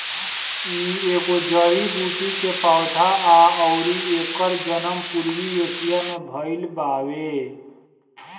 इ एगो जड़ी बूटी के पौधा हा अउरी एकर जनम पूर्वी एशिया में भयल बावे